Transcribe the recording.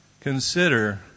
consider